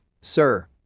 sir